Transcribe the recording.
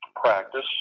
practice